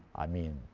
i mean,